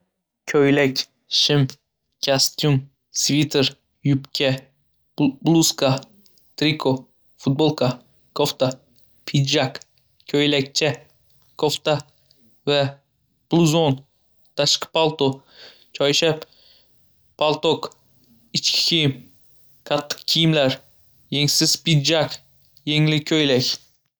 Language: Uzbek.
Ko‘ylak, shim, kostyum, sviter, yubka, blu-bluzka, triko, futbolka, kofta, pidjak, ko‘ylakcha, kofta va bluzon, tashqi palto, choyshab, paltok, ichki kiyim, qattiq kiyimlar, yengsiz pidjak, yengli ko‘ylak.